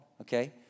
okay